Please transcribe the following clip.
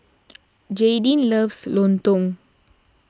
Jaydin loves Lontong